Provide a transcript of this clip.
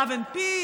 love and peace,